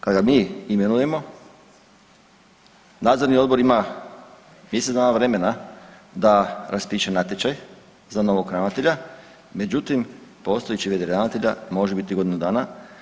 Kad ga mi imenujemo, nadzorni odbor ima mjesec dana vremena da raspiše natječaj za novog ravnatelja, međutim postojeći v.d. ravnatelja može biti godinu dana.